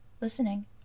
listening